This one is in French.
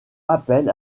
appel